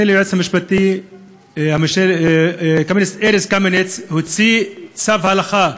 ליועץ המשפטי ארז קמיניץ הוציא צו הלכה,